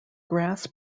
grass